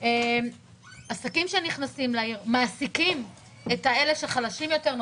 עסקים שנכנסים לעיר מעסיקים את החלשים יותר,